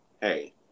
hey